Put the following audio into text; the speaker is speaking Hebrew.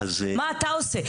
מה אתה עושה?